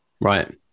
Right